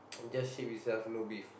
just sheep itself no beef